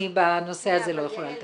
אני, בנושא הזה לא יכולה לטפל.